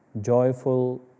joyful